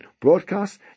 broadcast